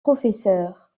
professeur